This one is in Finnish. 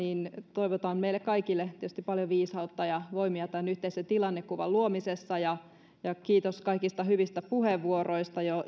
toivotan meille kaikille tietysti paljon viisautta ja voimia tämän yhteisen tilannekuvan luomisessa ja ja kiitos kaikista hyvistä puheenvuoroista joilla